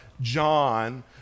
John